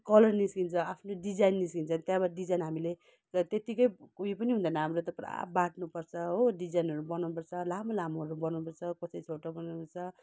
colour निस्कन्छ आफ्नै design निस्कन्छ त्यहाँबाट डिजाइन हामीले र त्यतिकै उयो पनि हुँदैन हाम्रो त पुरा बाट्नु पर्छ हो डिजाइनहरू बनाउनु पर्छ लामो लामोहरू बनाउनु पर्छ कसै छोटो बनाउनु पर्छ